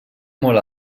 molt